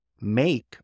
make